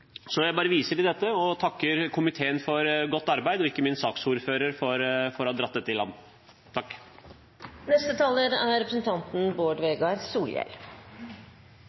Jeg viser til dette og takker komiteen for godt arbeid, ikke minst saksordføreren for å ha dratt dette i